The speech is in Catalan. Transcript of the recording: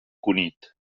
cunit